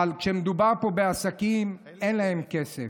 אבל כשמדובר פה בעסקים, אין להם כסף.